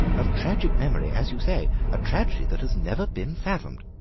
of tragic memory, as you say a tragedy that has never been fathomed.